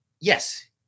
yes